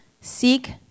seek